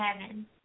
heaven